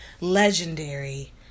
legendary